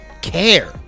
care